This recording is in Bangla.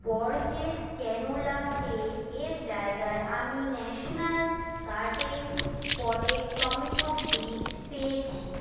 বরজেস ক্যানোলা তেল এর জায়গায় আমি ন্যাশনাল গার্ডেনস পটেড টমেটো বীজ পেয়েছি